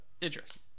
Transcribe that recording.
interesting